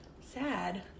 Sad